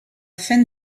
fin